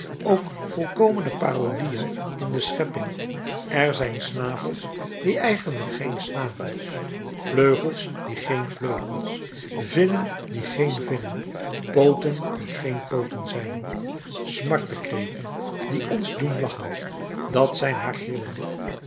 ook volkomene parodieën in de schepping er zijn snavels die eigenlijk geen snavels vleugels die geen vleugels vinnen die geen vinnen pooten die geen pooten zijn smartekreten die ons doen lachen dat zijn haar grillen